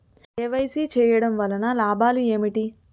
KYC చేయటం వలన లాభాలు ఏమిటి?